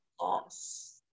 loss